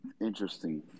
interesting